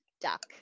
duck